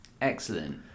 Excellent